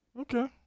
Okay